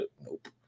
Nope